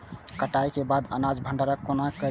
कटाई के बाद अनाज के भंडारण कोना करी?